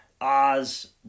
Oz